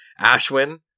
Ashwin